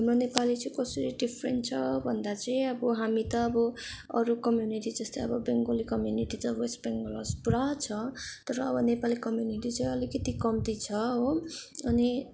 हाम्रो नेपाली चाहिँ कसरी डिफिरेन्ट छ भन्दा चाहिँ अब हामी त अब अरू कम्युनिटी जस्तै अब बङ्गाली कम्युनिटी त वेस्ट बेङ्गालमा पुरा छ तर अब नेपाली कम्युनिटी चाहिँ अलिकति कम्ती छ हो अनि